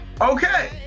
okay